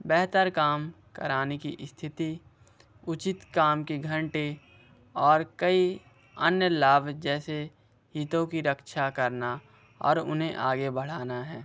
बेहतर काम कराने की स्थिति उचित काम के घंटे और कई अन्य लाभ जैसे हितों की रक्षा करना और उन्हें आगे बढ़ाना है